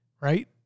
right